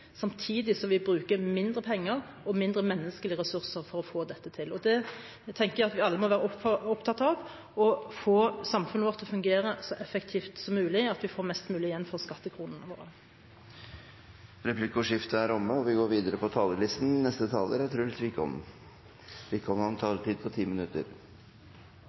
samtidig som vi bruker mindre penger og mindre menneskelige ressurser for å få dette til. Det tenker jeg at vi alle må være opptatt av: å få samfunnet vårt til å fungere så effektivt som mulig, slik at vi får mest mulig igjen for skattekronene våre. Replikkordskiftet er omme. To sentrale kjennetegn ved den norske velferdsmodellen er høy deltagelse i arbeidslivet og et skattesystem som finansierer vår felles velferd. Skattesystemet må derfor innrettes på en